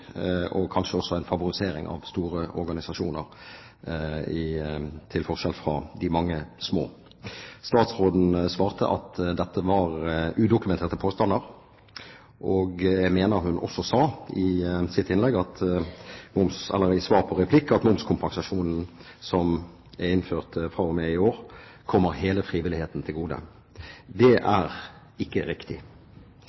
og kanskje også en favorisering av store organisasjoner til forskjell fra de mange små. Statsråden svarte at dette var udokumenterte påstander. Jeg mener hun også sa i svar på en replikk at momskompensasjonen som er innført fra og med i år, kommer hele frivilligheten til gode. Det